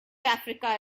africa